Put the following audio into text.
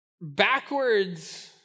backwards